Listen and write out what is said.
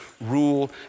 rule